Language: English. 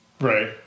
Right